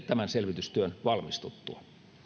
tämän selvitystyön valmistuttua